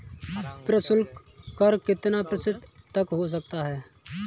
प्रशुल्क कर कितना प्रतिशत तक हो सकता है?